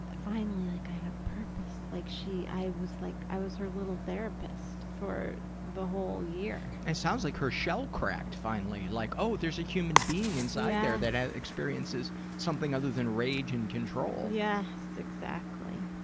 ah finally like i had a purpose, like she, i was like, i was her little therapist for the whole year. it sounds like her shell cracked finally, like, oh, there's a human being inside there that experiences something other than rage and control. yes, exactly,